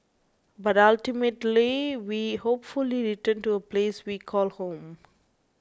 but ultimately we hopefully return to a place we call home